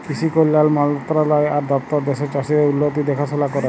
কিসি কল্যাল মলতরালায় আর দপ্তর দ্যাশের চাষীদের উল্লতির দেখাশোলা ক্যরে